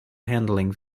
handling